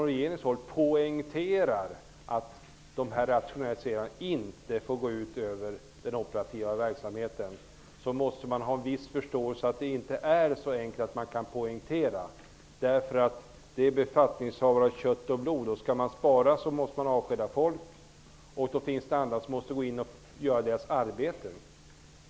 Regeringen poängterar att rationaliseringarna inte får gå ut över den operativa verksamheten, men man måste ha en viss förståelse för att det inte är så enkelt. Det gäller befattningshavare av kött och blod. Om man skall spara så måste man avskeda folk, och då måste andra göra de avskedades arbeten.